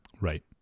Right